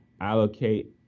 allocate